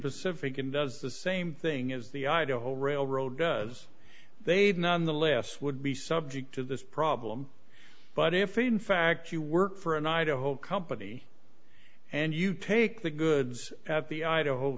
pacific and does the same thing as the idaho railroad does they'd none the less would be subject to this problem but if in fact you work for an idaho company and you take the goods at the idaho